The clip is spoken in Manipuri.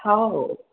ꯍꯥꯎ